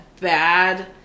bad